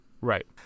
Right